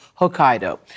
Hokkaido